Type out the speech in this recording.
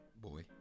boy